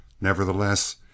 Nevertheless